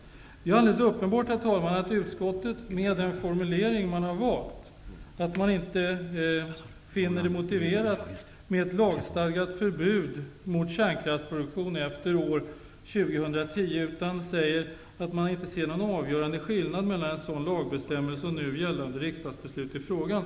Det är alldeles uppenbart, herr talman, att utskottet med den formulering man har valt inte finner det motiverat med ett lagstadgat förbud mot kärnkraftsproduktion efter år 2010, utan man säger att man inte ser någon avgörande skillnad mellan en sådan lagbestämmelse och nu gällande riksdagsbeslut i frågan.